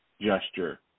gesture